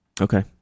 Okay